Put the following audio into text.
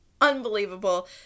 unbelievable